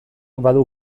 badu